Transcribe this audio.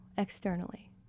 externally